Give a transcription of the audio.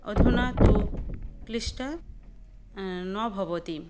अधुना तु क्लिष्टः न भवति